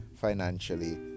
financially